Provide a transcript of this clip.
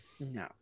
No